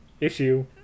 issue